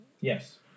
Yes